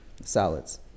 salads